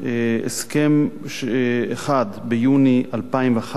אחד, ביוני 2011,